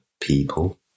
people